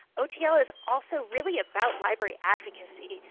otl is also really about library advocacy,